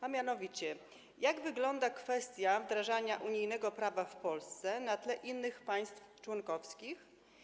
Jak mianowicie wygląda kwestia wdrażania unijnego prawa w Polsce na tle innych państw członkowskich?